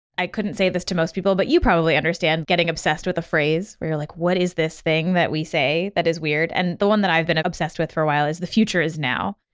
i couldn't say this to most people, but you probably understand getting obsessed with a phrase, where you're like, what is this thing that we say that is weird? and the one that i've been obsessed with for a while is the future is now.